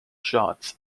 shots